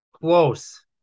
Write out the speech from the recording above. Close